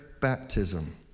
baptism